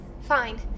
fine